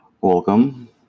Welcome